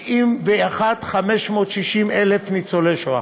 191,560 ניצולי שואה,